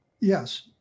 Yes